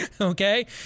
Okay